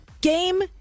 game